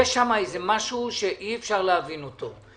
יש שם משהו שאי אפשר להבין אותו.